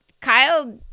Kyle